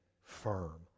firm